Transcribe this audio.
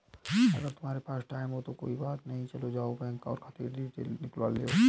अगर तुम्हारे पास टाइम है तो कोई बात नहीं चले जाओ बैंक और खाते कि डिटेल निकलवा लो